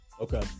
Okay